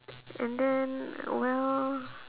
and then well